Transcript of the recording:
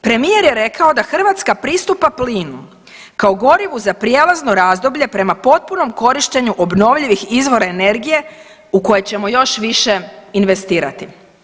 Premijer je rekao da Hrvatska pristupa plinu kao gorivu za prijelazno razdoblje prema potpunom korištenju obnovljivih izvora energije u koje ćemo još više investirati.